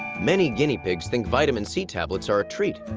many guinea pigs think vitamin c tablets are a treat.